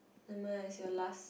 never mind is your last